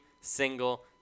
single